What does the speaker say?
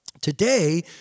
Today